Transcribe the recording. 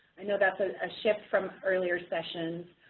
i know that's a ah shift from earlier sessions.